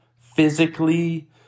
physically